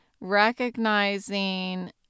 recognizing